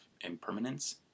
impermanence